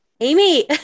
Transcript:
Amy